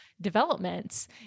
developments